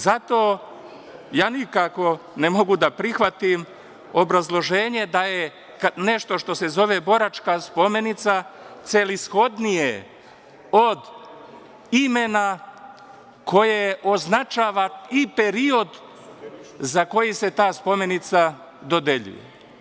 Zato ja nikako ne mogu da prihvatim obrazloženje da je nešto što se zove Boračka spomenica celishodnije od imena koje označava i period za koji se ta spomenica dodeljuje.